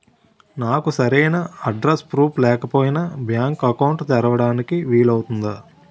నాకు సరైన address proof లేకపోయినా బ్యాంక్ అకౌంట్ తెరవడానికి వీలవుతుందా?